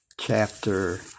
chapter